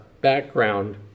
background